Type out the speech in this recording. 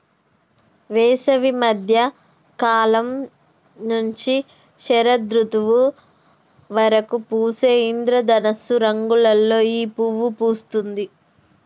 వేసవి మద్య కాలం నుంచి శరదృతువు వరకు పూసే ఇంద్రధనస్సు రంగులలో ఈ పువ్వు పూస్తుంది